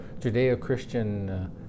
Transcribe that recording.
Judeo-Christian